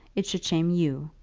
it should shame you.